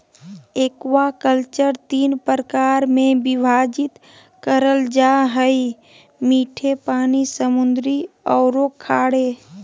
aquaculture तीन प्रकार में विभाजित करल जा हइ मीठे पानी, समुद्री औरो खारे